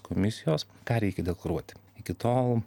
komisijos ką reikia deklaruoti iki tol